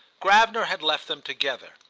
gravener had left them together,